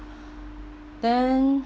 then